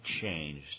changed